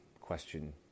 question